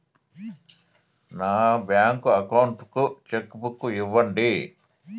నా bank account కు cheque book ఇవ్వండి